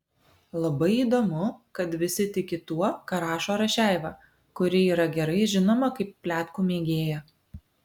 labai įdomu kad visi tiki tuo ką rašo rašeiva kuri yra gerai žinoma kaip pletkų mėgėja